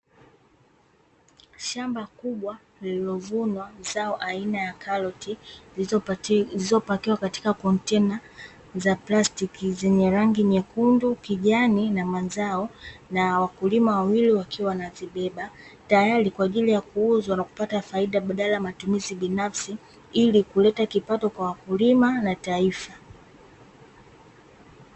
Shamba kubwa lililovunwa zao aina ya karoti zilizopakiwa katika kontena za plastiki zenye rangi nyekundu, kijani na manjano, na wakulima wawili wakiwa wanazibeba tayari kwa ajili ya kuuza na kupata faida, badala ya matumizi binafsi ili kuleta kipato kwa wakulima na taifa.